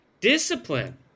discipline